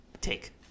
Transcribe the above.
take